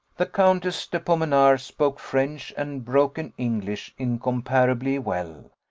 the countess de pomenars spoke french and broken english incomparably well,